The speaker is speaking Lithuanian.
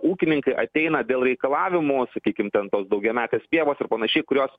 ūkininkai ateina dėl reikalavimų sakykim ten tos daugiametės pievos ir panašiai kurios